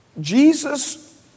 Jesus